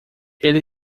ele